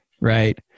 Right